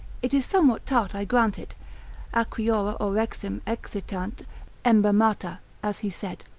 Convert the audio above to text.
it is somewhat tart, i grant it acriora orexim excitant embammata, as he said,